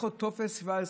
ואם אתה צריך עוד טופס 17,